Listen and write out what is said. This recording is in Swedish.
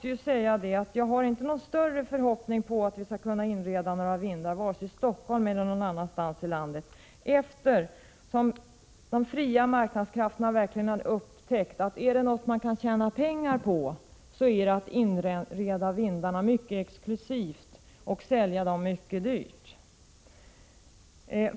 Jag har inte någon större förhoppning om att vi skall kunna inreda vindar vare sig i Stockholm eller någon annanstans i landet, eftersom de fria marknadskrafterna verkligen har upptäckt, att är det något som man kan tjäna pengar på så är det att inreda vindarna mycket exklusivt och sälja dem mycket dyrt.